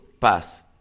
pass